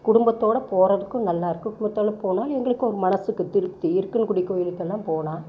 குடும்பத்தோடய போறதுக்கும் நல்லா இருக்கும் குடும்பத்தோடய போனால் எங்களுக்கு ஒரு மனசுக்கு திருப்தி இருக்கன்குடி கோயிலுக்கு எல்லாம் போனால்